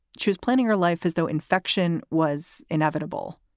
she was planning her life as though infection was inevitable.